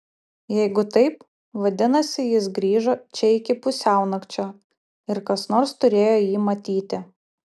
jeigu taip vadinasi jis grįžo čia iki pusiaunakčio ir kas nors turėjo jį matyti